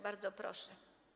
Bardzo proszę.